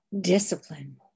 discipline